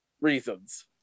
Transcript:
reasons